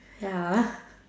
ya